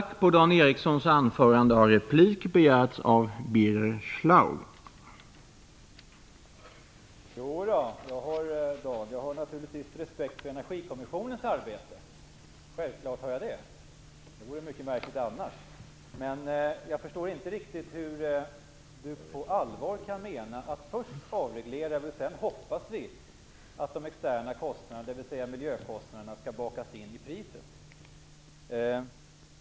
Herr talman! Jag har naturligtvis respekt för Energikommissionens arbete. Det vore mycket märkligt annars. Men jag förstår inte riktigt hur du på allvar kan mena att vi först skall avreglera och sedan kan hoppas att de externa kostnaderna, dvs. miljökostnaderna, skall kunna bakas in i priset.